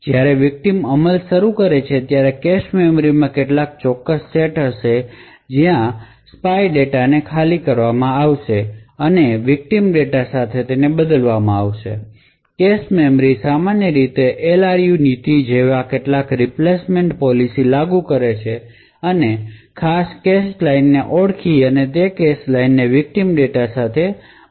હવે જ્યારે વિકટીમ અમલ કરે છે ત્યારે કેશ મેમરી માં કેટલાક ચોક્કસ સેટ હશે જ્યાં સ્પાય ડેટાને ખાલી કરવામાં આવશે અને વિકટીમ ડેટા સાથે બદલવામાં આવશે કેશ મેમરી સામાન્ય રીતે LRU નીતિ જેવી કેટલીક રિપ્લેસમેન્ટ પોલિસી લાગુ કરશે અને ખાસ કેશ લાઇનને ઓળખી અને તે કેશ લાઇનને વિકટીમ ડેટા સાથે બદલવામાં આવે છે